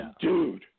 dude